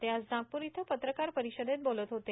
ते आज नागपूर इथं पत्रकार परिषदेत बोलत होते